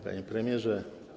Panie Premierze!